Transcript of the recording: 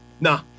Nah